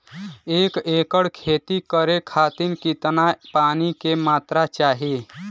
एक एकड़ खेती करे खातिर कितना पानी के मात्रा चाही?